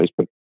Facebook